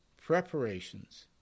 preparations